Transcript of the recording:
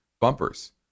bumpers